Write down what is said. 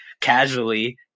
casually